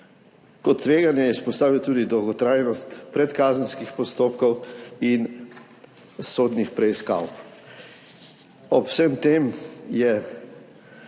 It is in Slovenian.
Kot tveganje je izpostavil tudi dolgotrajnost predkazenskih postopkov in sodnih preiskav. Ob vsem tem je